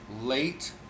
late